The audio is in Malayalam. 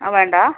അത് വേണ്ടാ